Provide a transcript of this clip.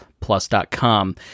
plus.com